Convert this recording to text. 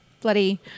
bloody